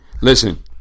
Listen